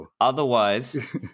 otherwise